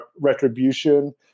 retribution